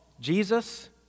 Jesus